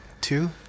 two